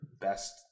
best